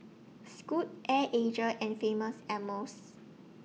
Scoot Air and Famous Amos